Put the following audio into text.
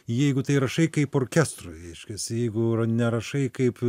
jeigu tai rašai kaip orkestrui reiškiasi jeigu nerašai kaip